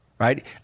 Right